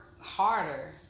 harder